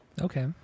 okay